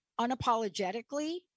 unapologetically